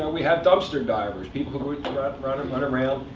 and we have dumpster divers people running but around,